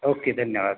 okay धन्यवाद